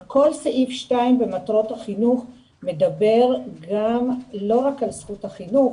כל סעיף 2 במטרות החינוך מדבר לא רק על זכות החינוך